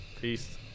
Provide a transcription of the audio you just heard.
Peace